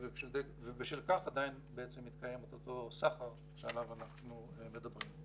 ובשל כך עדיין מתקיים אותו סחר שעליו אנחנו מדברים.